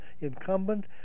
incumbent